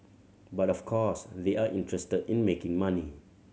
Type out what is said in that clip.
but of course they are interested in making money